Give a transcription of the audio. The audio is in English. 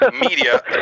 media